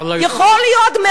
יכול להיות.